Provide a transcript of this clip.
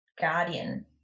guardian